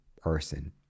person